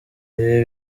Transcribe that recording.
ibi